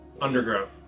Underground